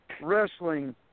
wrestling